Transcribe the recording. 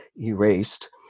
erased